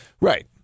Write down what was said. Right